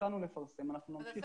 התחלנו לפרסם ואנחנו נמשיך לפרסם.